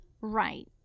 Right